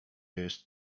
jest